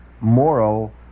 moral